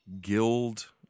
guild